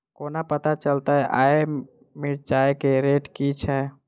कोना पत्ता चलतै आय मिर्चाय केँ रेट की छै?